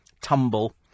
Tumble